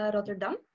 Rotterdam